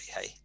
Hey